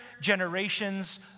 generations